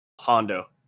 Hondo